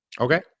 Okay